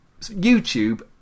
YouTube